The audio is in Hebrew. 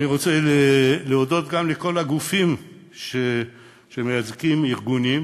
אני רוצה להודות גם לכל הגופים שמייצגים ארגונים